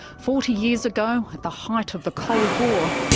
forty years ago, at the height of the cold war,